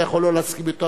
אתה יכול לא להסכים אתו,